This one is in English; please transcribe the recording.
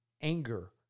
anger